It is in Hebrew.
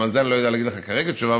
גם על זה אני לא יודע להגיד לך כרגע תשובה,